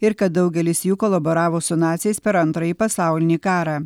ir kad daugelis jų kolaboravo su naciais per antrąjį pasaulinį karą